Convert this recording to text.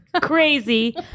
crazy